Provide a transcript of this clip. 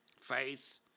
Faith